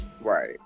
Right